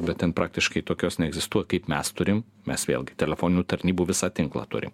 bet ten praktiškai tokios neegzistuoja kaip mes turim mes vėlgi telefoninių tarnybų visą tinklą turim